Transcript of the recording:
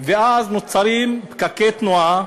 ואז נוצרים פקקי תנועה